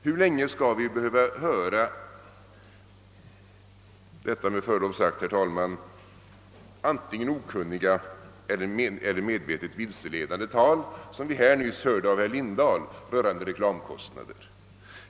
Hur länge skall vi behöva höra detta, med förlov sagt, herr talman, antingen okunniga eller medvetet vilseledande tal som herr Lindahl kom med rörande reklamkostnader?